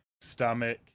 stomach